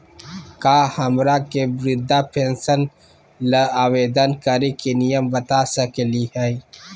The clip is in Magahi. का हमरा के वृद्धा पेंसन ल आवेदन करे के नियम बता सकली हई?